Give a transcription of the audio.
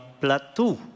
plateau